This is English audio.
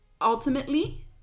ultimately